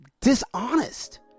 dishonest